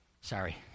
Sorry